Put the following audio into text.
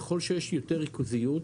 ככל שיש יותר ריכוזיות,